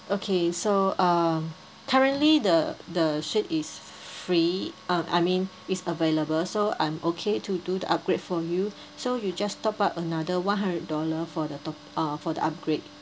okay so um currently the the suite is free um I mean is available so I'm okay to do the upgrade for you so you just top up another one hundred dollar for the top uh for the upgrade